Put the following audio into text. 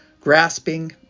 grasping